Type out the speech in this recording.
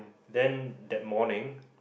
then that morning